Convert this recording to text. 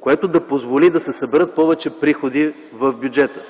което да позволи да се съберат повече приходи в бюджета.